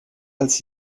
als